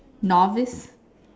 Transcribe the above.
novice